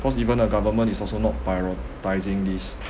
cause even the government is also not prioritising this